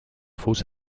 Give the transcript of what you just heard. fosse